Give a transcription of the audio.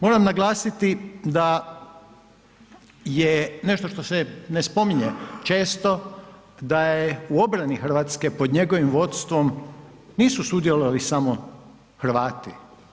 Moram naglasiti da je nešto što se ne spominje često, da je u obrani Hrvatske pod njegovim vodstvom nisu sudjelovali samo Hrvati.